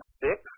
six